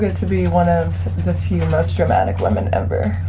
to be one of the few most dramatic women ever.